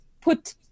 put